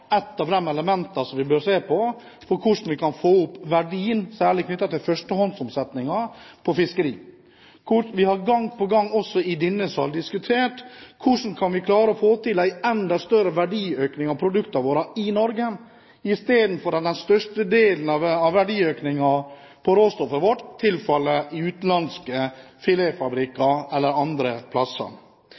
ett av de elementene som vi bør se på med hensyn til hvordan vi kan få opp verdien knyttet til førstehåndsomsetningen av fisk. Kort: Vi har gang på gang også i denne sal diskutert hvordan vi kan klare å få til en enda større verdiøkning på produktene våre i Norge, istedenfor at den største delen av verdiøkningen på råstoffet vårt tilfaller utenlandske filetfabrikker e.l. I